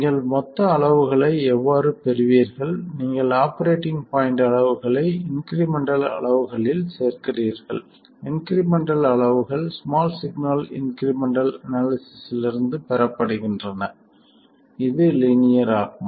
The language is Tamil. நீங்கள் மொத்த அளவுகளை எவ்வாறு பெறுவீர்கள் நீங்கள் ஆபரேட்டிங் பாய்ண்ட் அளவுகளை இன்க்ரிமெண்டல் அளவுகளில் சேர்க்கிறீர்கள் இன்க்ரிமெண்டல் அளவுகள் ஸ்மால் சிக்னல் இன்க்ரிமெண்டல் அனாலிசிஸ்ஸிலிருந்து பெறப்படுகின்றன இது லீனியர் ஆகும்